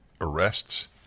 arrests